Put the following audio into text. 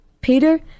Peter